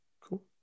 Cool